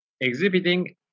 exhibiting